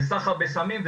סחר בסמים,